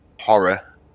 horror